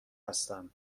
هستم